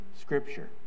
Scripture